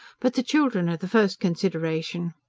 but the children are the first consideration.